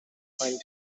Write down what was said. claim